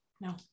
no